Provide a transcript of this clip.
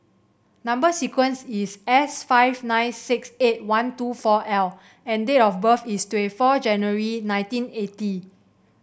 number sequence is S five nine six eight one two four L and date of birth is twenty four January nineteen eighty